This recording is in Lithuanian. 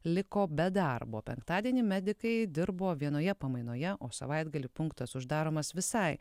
liko be darbo penktadienį medikai dirbo vienoje pamainoje o savaitgalį punktas uždaromas visai